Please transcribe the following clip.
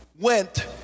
went